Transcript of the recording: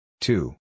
Two